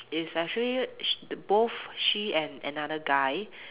it's actually sh~ both she and another guy